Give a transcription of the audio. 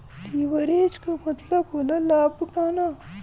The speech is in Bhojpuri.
लिवरेज के मतलब होला लाभ उठाना